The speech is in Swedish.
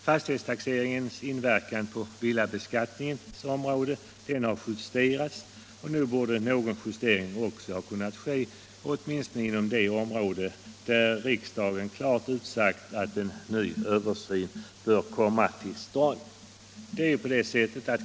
Fastighetstaxeringens inverkan på villabeskattningens område har justerats, och nog borde någon justering också ha kunnat göras åtminstone inom det område där riksdagen klart utsagt att en ny översyn bör komma till stånd.